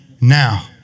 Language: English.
Now